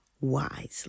wisely